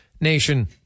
Nation